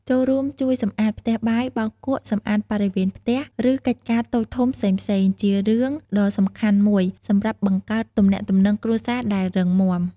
ចូលរួមជួយសម្អាតផ្ទះបាយ បោកគក់ សម្អាតបរិវេណផ្ទះ ឬកិច្ចការតូចធំផ្សេងៗ ជារឿងដ៏សំខាន់មួយសម្រាប់បង្កើតទំនាក់ទំនងគ្រួសារដែលរឹងមាំ។